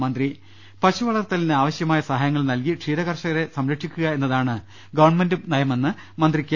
രുട്ട്ട്ട്ട്ട്ട്ട്ട്ട പശുവളർത്തലിന് ആവശ്യമായ സഹായങ്ങൾ നൽകി ക്ഷീരകർഷക രെ സംരക്ഷിക്കുക എന്നതാണ് ഗവർണമെന്റ് നയമെന്ന് മന്ത്രി കെ